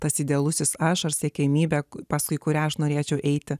tas idealusis ašaras siekiamybė paskui kurią aš norėčiau eiti